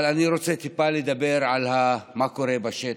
אבל אני רוצה לדבר על מה שקורה בשטח.